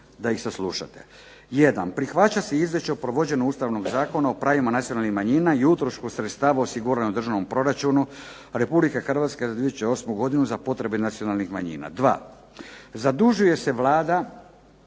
da ih saslušate. 1. Prihvaća se izvješće o provođenju Ustavnog zakona o pravima nacionalnih manjina i utrošku sredstava osiguranih u državnom proračunu Republike Hrvatske za 2008. godinu za potrebe nacionalnih manjina. 2. Zadužuje se Vlada